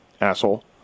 asshole